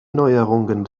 neuerungen